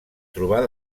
trobar